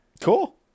Cool